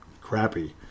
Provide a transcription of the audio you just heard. crappy